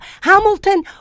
Hamilton